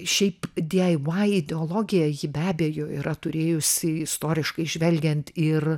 šiaipdi ei vai ideologiją ji be abejo yra turėjusi istoriškai žvelgiant ir